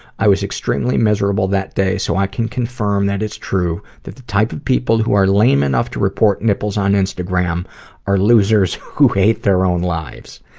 i was extremely miserable that day, so i can confirm that it's true that the type of people that are lame enough to report nipples on instagram are losers who hate their own lives.